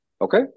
Okay